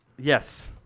Yes